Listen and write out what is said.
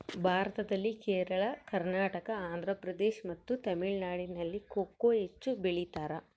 ಭಾರತದಲ್ಲಿ ಕೇರಳ, ಕರ್ನಾಟಕ, ಆಂಧ್ರಪ್ರದೇಶ್ ಮತ್ತು ತಮಿಳುನಾಡಿನಲ್ಲಿ ಕೊಕೊ ಹೆಚ್ಚು ಬೆಳಿತಾರ?